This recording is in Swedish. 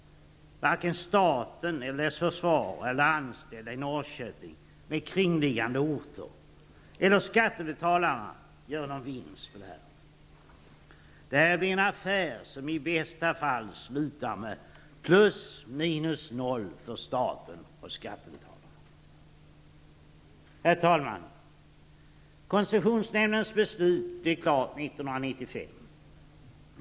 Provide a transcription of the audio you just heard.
Varken staten, dess försvar, de anställda i Norrköping med kringliggande orter eller skattebetalarna gör någon vinst på det här. Det blir en affär som i bästa fall slutar med plus minus noll för staten och skattebetalarna. Herr talman! Koncessionsnämndens beslut blir klart 1995.